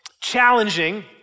challenging